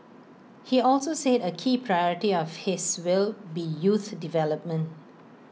he also said A key priority of his will be youth development